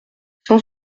cent